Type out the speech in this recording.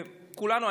שכולנו,